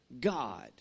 God